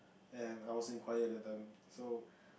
and I was in Choir that time so